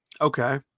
Okay